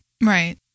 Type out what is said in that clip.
right